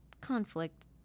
conflict